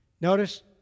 Notice